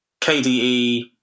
KDE